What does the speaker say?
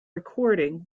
recording